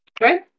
Right